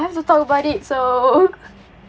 I have to talk about it so